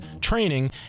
training